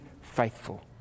faithful